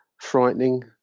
frightening